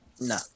No